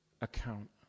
account